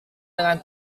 dengan